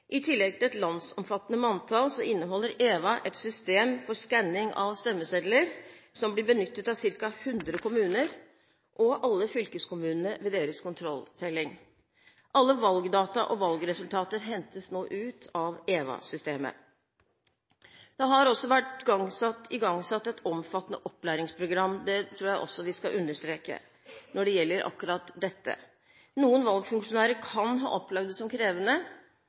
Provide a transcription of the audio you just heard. I tillegg til et landsomfattende manntall inneholder EVA et system for skanning av stemmesedler som ble benyttet av ca. 100 kommuner og alle fylkeskommunene ved deres kontrolltelling. Alle valgdata og valgresultater hentes nå ut av EVA-systemet. Det har også vært igangsatt et omfattende opplæringsprogram – det tror jeg også vi skal understreke – når det gjelder akkurat dette. Noen valgfunksjonærer kan ha opplevd det som krevende